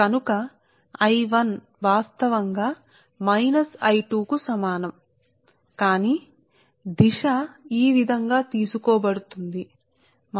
కాబట్టి I1వాస్తవానికిI1 మైనస్I2 కు సమానం కానీ దిశ ఈ విధంగా తీసుకోబడుతుంది మరియు అవి చుక్క లోకి ప్రవేశిస్తాయి